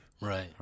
Right